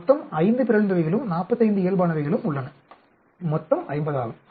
மொத்தம் 5 பிறழ்ந்தவைகளும் 45 இயல்பானவைகளும் உள்ளன மொத்தம் 50 ஆகும்